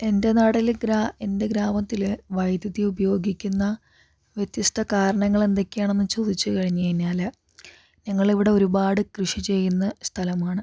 എന്റെ നാട്ടിൽ എന്റെ ഗ്രാമത്തിൽ വൈദ്യതി ഉപയോഗിക്കുന്ന വ്യത്യസ്ത കാരണങ്ങള് എന്തൊക്കെയാണെന്നു ചോദിച്ചു കഴിഞ്ഞു കഴിഞ്ഞാൽ ഞങ്ങളിവിടെ ഒരുപാട് കൃഷി ചെയ്യുന്ന സ്ഥലം ആണ്